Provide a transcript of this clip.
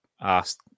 asked